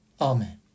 Amen